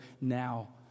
now